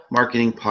Marketing